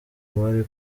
bari